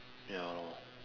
ya lor